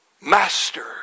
master